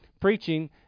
preaching